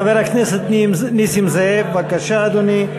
חבר הכנסת נסים זאב, בבקשה, אדוני.